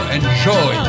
enjoy